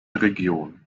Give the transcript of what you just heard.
region